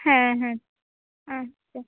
হ্যাঁ হ্যাঁ আচ্ছা